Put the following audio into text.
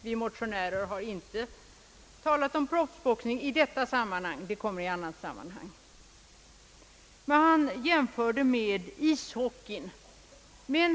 Vi motionärer har inte talat om proffsboxning i detta sammanhang. Den kommer i ett annat. Herr Fälldin gjorde jämförelser med ishockeyn.